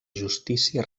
justícia